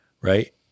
Right